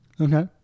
Okay